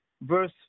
verse